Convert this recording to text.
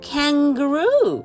kangaroo